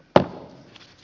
alle